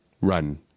Run